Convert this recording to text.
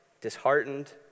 disheartened